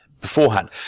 beforehand